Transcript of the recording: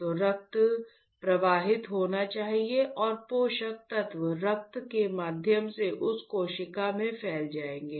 तो रक्त प्रवाहित होना चाहिए और पोषक तत्व रक्त के माध्यम से उस कोशिका में फैल जाएंगे